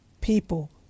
people